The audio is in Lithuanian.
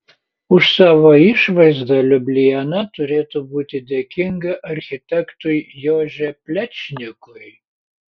už savo išvaizdą liubliana turėtų būti dėkinga architektui jože plečnikui